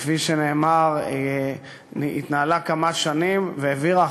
וכפי שנאמר היא התנהלה כמה שנים והעבירה